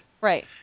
Right